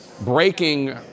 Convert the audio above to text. breaking